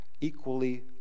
equally